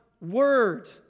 word